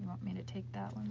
me to take that